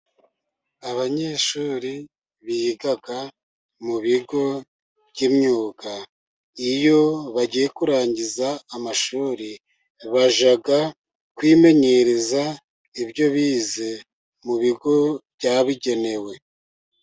Abanyeshuri biga mu bigo by'imyuga, iyo bagiye kurangiza amashuri bajya kwimenyereza ibyo bize mu bigo byabugenewe.